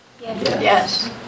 Yes